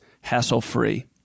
hassle-free